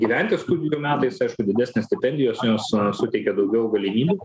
gyventi studijų metais aišku didesnės stipendijos jos suteikia daugiau galimybių